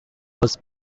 was